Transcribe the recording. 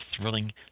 thrilling